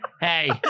Hey